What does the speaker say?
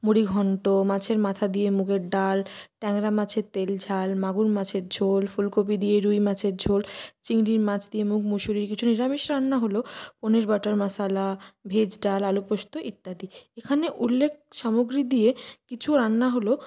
মুড়িঘন্ট মাছের মাথা দিয়ে মুগের ডাল ট্যাংরা মাছের তেলঝাল মাগুর মাছের ঝোল ফুলকপি দিয়ে রুইমাছের ঝোল চিংড়ির মাছ দিয়ে মুগ মুসুরি কিছু নিরামিষ রান্না হল পনির বাটার মসালা ভেজ ডাল আলু পোস্ত ইত্যাদি এখানে উল্লেখ সামগ্রী দিয়ে কিছু রান্না হল